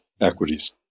equities